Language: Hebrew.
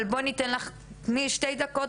אבל בואי ניתן לך 2 דקות,